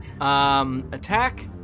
attack